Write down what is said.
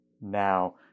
now